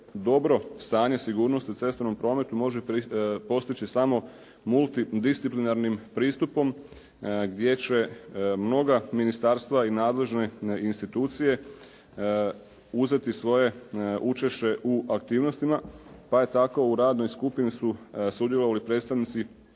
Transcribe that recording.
dobro stanje sigurnosti u cestovnom prometu može postići samo multidisciplinarnim pristupom gdje će mnoga ministarstva i nadležne institucije uzeti svoje učešće u aktivnostima. Pa je tako, u radnoj skupini su sudjelovali predstavnici